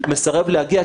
כי אני לא רוצה להתחיל,